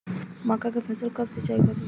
मका के फ़सल कब सिंचाई करी?